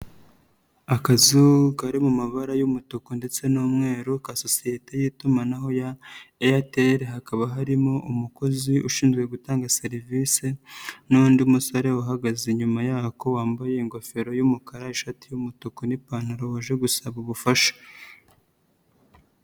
Akazu kari mu mabara y'umutuku ndetse n'umweru ka sosiyete y'itumanaho ya Airtel hakaba harimo umukozi ushinzwe gutanga serivisi n'undi musore uhagaze inyuma yako wambaye ingofero y'umukara, ishati y'umutuku n'ipantaro waje gusaba ubufasha.